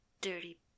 dirty